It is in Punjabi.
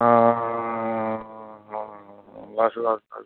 ਹਾਂ ਹਾਂ ਬਸ ਬਸ ਬਸ